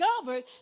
discovered